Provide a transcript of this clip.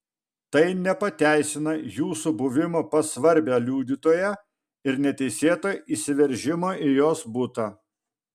tai nepateisina jūsų buvimo pas svarbią liudytoją ir neteisėto įsiveržimo į jos butą